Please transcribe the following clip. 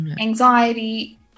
anxiety